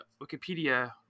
wikipedia